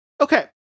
Okay